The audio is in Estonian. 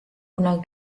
kunagi